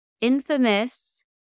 infamous